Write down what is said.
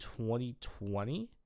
2020